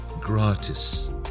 gratis